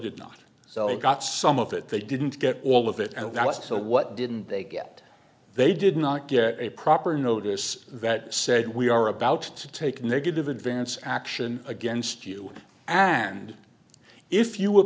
not so they got some of it they didn't get all of it and so what didn't they get they did not get a proper notice that said we are about to take negative advance action against you and if you